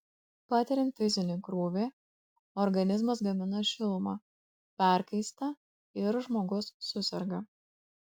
patiriant fizinį krūvį organizmas gamina šilumą perkaista ir žmogus suserga